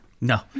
No